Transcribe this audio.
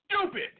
stupid